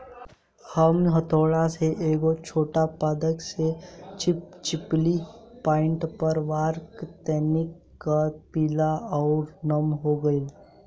हम हथौड़ा से एगो छोट पादप के चिपचिपी पॉइंट पर वार कैनी त उ पीले आउर नम हो गईल